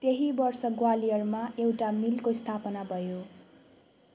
त्यही वर्ष ग्वालियरमा एउटा मिलको स्थापना भयो